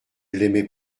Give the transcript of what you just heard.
l’aimais